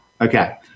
Okay